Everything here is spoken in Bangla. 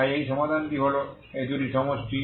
তাই এই সমাধানটিই হল এই দুটির সমষ্টি